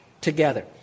together